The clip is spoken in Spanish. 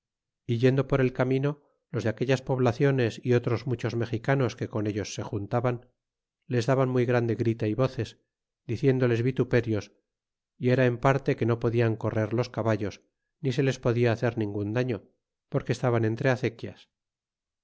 yendo por el camino los de aquellas poblaciones y otros muchos mexicanos que con ellos se juntaban les daban muy grande grita y voces diciéndoles vituperios y era en parte que no podían correr los caballos ni se les podia hacer ningun daño porque estaban entre acequias